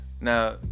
Now